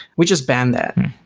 we just ban that.